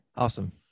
Awesome